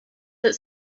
that